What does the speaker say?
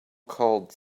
called